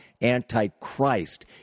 anti-Christ